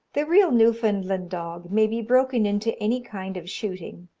the real newfoundland dog may be broken into any kind of shooting,